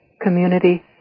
community